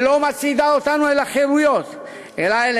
שלא מצעידה אותנו אל החירויות אלא אל